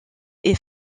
est